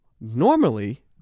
normally